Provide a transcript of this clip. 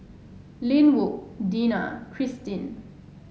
Linwood Dena Cristin